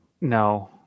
no